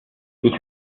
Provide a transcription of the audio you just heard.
ich